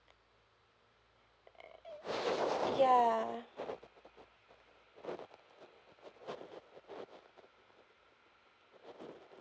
ya